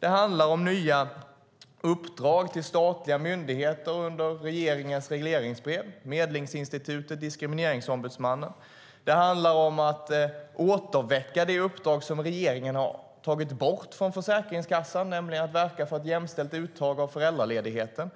Det handlar om nya uppdrag till statliga myndigheter i regeringens regleringsbrev, till exempel Medlingsinstitutet och Diskrimineringsombudsmannen. Det handlar om att återväcka det uppdrag som regeringen har tagit bort från Försäkringskassan, nämligen att verka för ett jämställt uttag av föräldraledigheten.